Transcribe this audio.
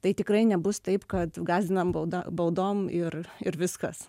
tai tikrai nebus taip kad gąsdinam bauda baudom ir ir viskas